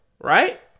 Right